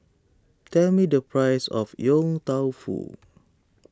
tell me the price of Yong Tau Foo